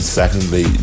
secondly